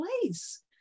place